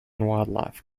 wildlife